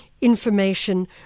information